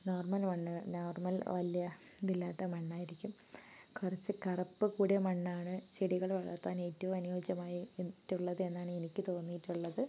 normal മണ്ണുകൾ normal വലിയ ഇതില്ലാത്ത മണ്ണായിരിക്കും കുറച്ച് കറുപ്പ് കൂടിയ മണ്ണാണ് ചെടികൾ വളർത്താൻ ഏറ്റവും അനിയോജ്യമായിട്ടുള്ളത് എന്നാണ് എനിക്ക് തോന്നിയിട്ടുള്ളത്